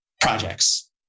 projects